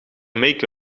make